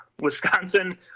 Wisconsin